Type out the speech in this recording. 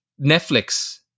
Netflix